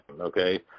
okay